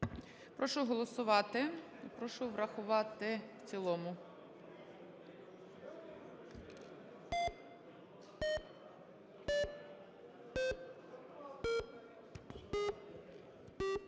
Прошу голосувати. Прошу врахувати в цілому.